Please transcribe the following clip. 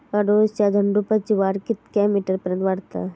अडुळसा झुडूपाची वाढ कितक्या मीटर पर्यंत वाढता?